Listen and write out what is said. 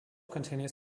continues